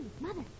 Mother